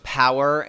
power